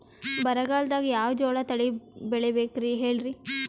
ಬರಗಾಲದಾಗ್ ಯಾವ ಜೋಳ ತಳಿ ಬೆಳಿಬೇಕ ಹೇಳ್ರಿ?